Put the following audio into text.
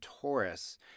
Taurus